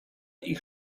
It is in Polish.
ich